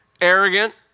arrogant